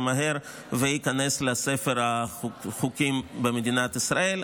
מהר וייכנס לספר החוקים במדינת ישראל.